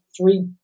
three